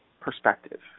perspective